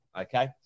okay